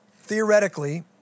Theoretically